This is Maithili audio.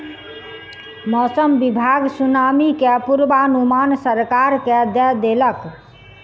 मौसम विभाग सुनामी के पूर्वानुमान सरकार के दय देलक